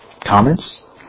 comments